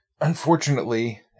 unfortunately